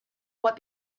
what